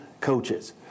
coaches